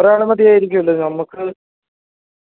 ഒരാൾ മതിയായിരിക്കുമല്ലോ നമുക്ക്